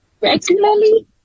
regularly